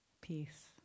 Peace